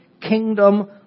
kingdom